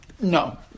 No